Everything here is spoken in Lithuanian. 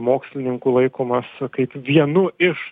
mokslininkų laikomas kaip vienu iš